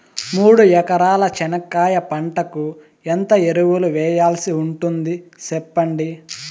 మూడు ఎకరాల చెనక్కాయ పంటకు ఎంత ఎరువులు వేయాల్సి ఉంటుంది సెప్పండి?